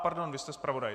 Pardon, vy jste zpravodaj.